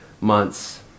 months